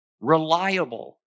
reliable